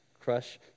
crush